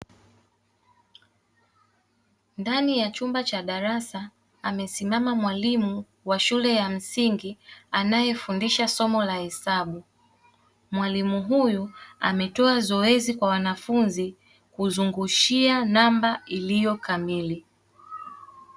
Ndani ya chumba cha darasa, amesimama mwalimu wa shule ya msingi anayefundisha somo la hesabu. Mwalimu huyu ametoa zoezi kwa wanafunzi, kuzungushia namba iliyo kamili.